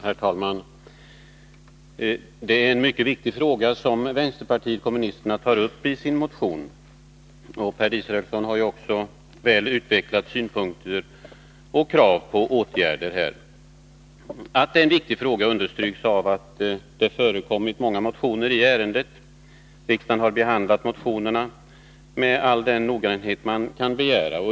Herr talman! Det är en mycket viktig fråga som vänsterpartiet kommunisterna tar upp i sin motion. Per Israelsson har också väl utvecklat synpunkterna och kraven på åtgärder. Att det är en viktig fråga understryks av att det förekommit många motioner i ärendet. Riksdagen har behandlat motionerna med all den noggrannhet man kan begära.